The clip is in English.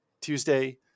Tuesday